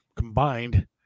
combined